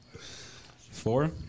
four